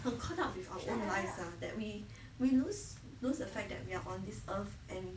很 caught up with our own life ah that we we lose lose the fact that we're on this earth and